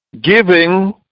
giving